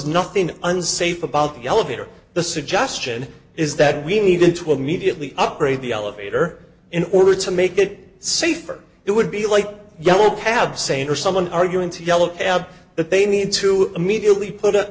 nothing unsafe about the elevator the suggestion is that we needed to immediately upgrade the elevator in order to make it safer it would be like yellow cab saying or someone arguing to yellow cab that they need to immediately put up